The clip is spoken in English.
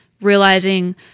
realizing